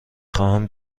خواهم